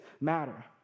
matter